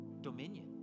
dominion